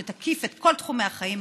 שתקיף את כל תחומי החיים,